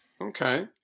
okay